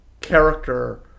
character